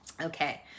Okay